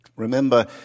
Remember